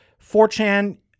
4chan